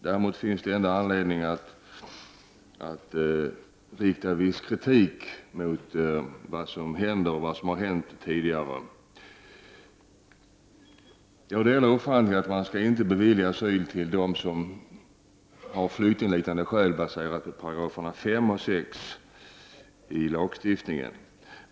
Det finns ändå anledning att rikta viss kritik mot vad som har hänt tidigare och vad som nu händer. Jag delar uppfattningen att man inte skall bevilja asyl till dem som har flyktingliknande skäl baserade på §§ 5 och 6 i lagstiftningen.